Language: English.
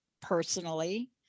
personally